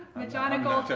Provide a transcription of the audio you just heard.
megonigal